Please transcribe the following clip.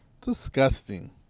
Disgusting